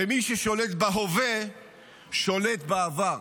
ומי ששולט בהווה שולט בעבר.